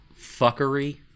fuckery